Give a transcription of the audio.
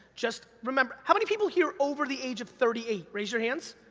just remember. how many people here, over the age of thirty eight? raise your hands.